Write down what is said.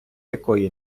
якої